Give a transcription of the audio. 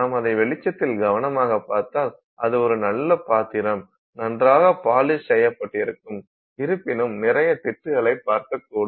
நாம் அதை வெளிச்சத்தில் கவனமாகப் பார்த்தால் அது ஒரு நல்ல பாத்திரம் நன்றாக பாலிஷ் செய்யப்பட்டிருக்கும் இருப்பினும் நிறைய திட்டுகளைப் பார்க்கக் கூடும்